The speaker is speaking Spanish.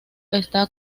está